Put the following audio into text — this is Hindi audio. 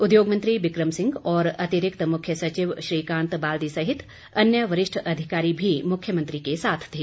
उद्योगमंत्री बिक्रम सिंह और अतिरिक्त मुख्य सचिव श्रीकांत बालदी सहित अन्य वरिष्ठ अधिकारी भी मुख्यमंत्री के साथ थे